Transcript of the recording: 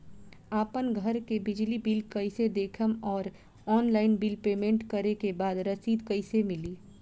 आपन घर के बिजली बिल कईसे देखम् और ऑनलाइन बिल पेमेंट करे के बाद रसीद कईसे मिली?